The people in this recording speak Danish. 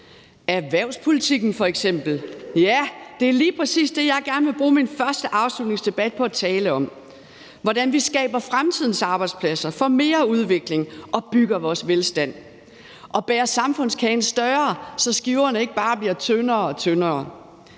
erhvervspolitikken f.eks. Ja, det er lige præcis det, jeg gerne vil bruge min første afslutningsdebat på at tale om, altså hvordan vi skaber fremtidens arbejdspladser, får mere udvikling og bygger vores velstand og bager samfundskagen større, så skiverne ikke bare bliver tyndere og tyndere.